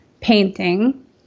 Painting